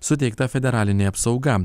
suteikta federalinė apsauga